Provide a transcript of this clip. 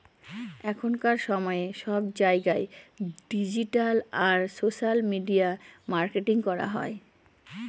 এখনকার সময়ে সব জায়গায় ডিজিটাল আর সোশ্যাল মিডিয়া মার্কেটিং করা হয়